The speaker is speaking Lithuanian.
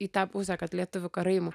į tą pusę kad lietuvių karaimų